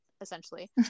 essentially